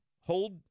hold